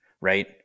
right